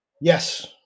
Yes